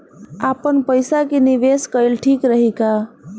आपनपईसा के निवेस कईल ठीक रही का?